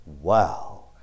wow